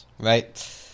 Right